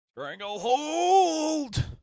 Stranglehold